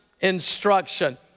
instruction